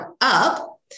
up